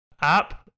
app